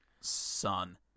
son